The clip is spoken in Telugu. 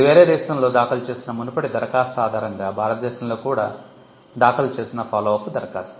ఇది వేరే దేశంలో దాఖలు చేసిన మునుపటి దరఖాస్తు ఆధారంగా భారతదేశంలో కూడా దాఖలు చేసిన ఫాలోఅప్ దరఖాస్తు